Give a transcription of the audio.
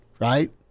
right